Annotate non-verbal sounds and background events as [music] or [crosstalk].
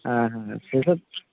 হ্যাঁ হ্যাঁ সে তো [unintelligible]